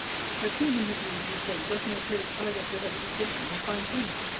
her treatment of you, you say, does no credit either to her education or fine sense.